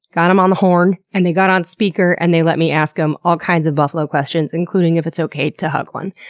got em on the horn, and they got on speaker, and they let me ask them all kinds of buffalo questions, including if it's okay to hug one.